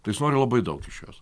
tai jis nori labai daug iš jos